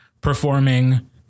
performing